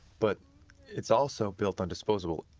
but it's also built on disposable,